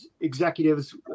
executives